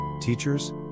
teachers